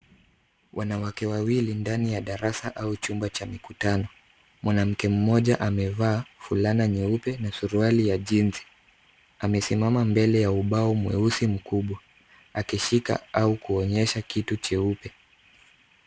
Wanawake wawili ndani ya darasa au chumba cha mikutano. Mwanamke mmoja amevaa fulana nyeupe na suruali ya jeansi , amesimama mbele ya ubao mweusi mkubwa akishika au kuonyesha kitu cheupe.